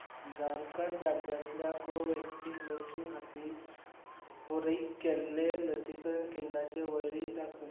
झारखंड राज्यांतल्या कोव्हॅक्सीन लसी खातीर फारीक केल्लें लसीकरण केंद्रांची वळेरी दाखय